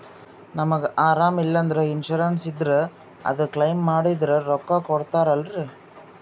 ನಮಗ ಅರಾಮ ಇಲ್ಲಂದ್ರ ಇನ್ಸೂರೆನ್ಸ್ ಇದ್ರ ಅದು ಕ್ಲೈಮ ಮಾಡಿದ್ರ ರೊಕ್ಕ ಕೊಡ್ತಾರಲ್ರಿ?